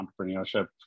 entrepreneurship